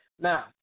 Now